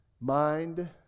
Mind